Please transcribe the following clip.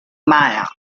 maya